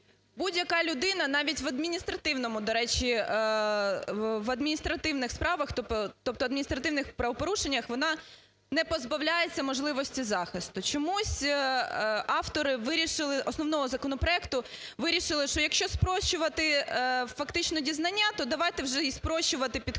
до речі, в адміністративних справах, тобто в адміністративних правопорушеннях вона не позбавляється можливості захисту. Чомусь автори основного законопроекту вирішили, що якщо спрощувати фактично дізнання, то давайте вже і спрощувати підходи